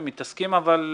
בכל מקרה,